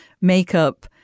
makeup